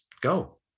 go